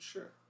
Sure